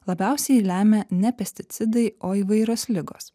labiausiai lemia ne pesticidai o įvairios ligos